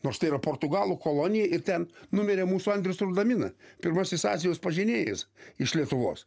nors tai yra portugalų kolonija ir ten numirė mūsų andrius rudamina pirmasis azijos pažinėjas iš lietuvos